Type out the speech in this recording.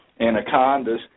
anacondas